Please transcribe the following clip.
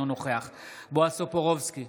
אינו נוכח בועז טופורובסקי,